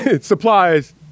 supplies